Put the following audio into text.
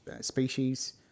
species